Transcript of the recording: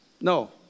No